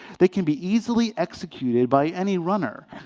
they can be easily executed by any runner.